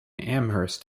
amherst